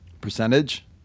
Percentage